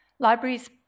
Libraries